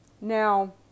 Now